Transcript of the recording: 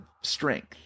strength